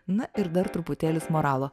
na ir dar truputėlis moralo